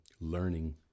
learning